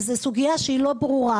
וזו סוגייה שהיא לא ברורה,